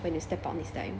when you step out this time